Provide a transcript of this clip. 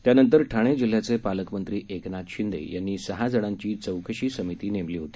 त्यानंतर ठाणे जिल्ह्याचे पालकमंत्री एकनाथ शिंदे यांनी सहा जणांची चौकशी समिती नेमली होती